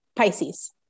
Pisces